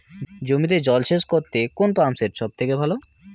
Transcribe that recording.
জমিতে জল সেচ করতে কোন পাম্প সেট সব থেকে ভালো?